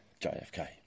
JFK